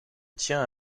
tient